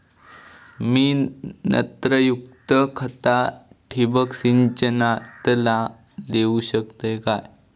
मी नत्रयुक्त खता ठिबक सिंचनातना देऊ शकतय काय?